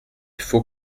faut